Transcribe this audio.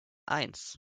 eins